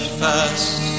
fast